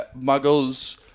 muggles